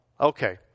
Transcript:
okay